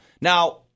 Now